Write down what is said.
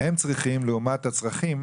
שהם צריכים לעומת הצרכים,